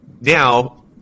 now